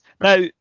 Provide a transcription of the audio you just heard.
Now